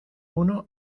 uno